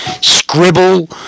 scribble